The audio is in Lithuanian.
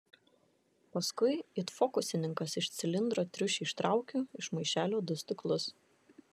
paskui it fokusininkas iš cilindro triušį ištraukiu iš maišelio du stiklus